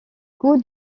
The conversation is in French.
coûts